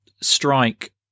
strike